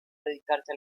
dedicarse